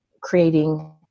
creating